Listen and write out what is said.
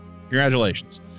congratulations